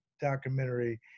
documentary